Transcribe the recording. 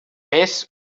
més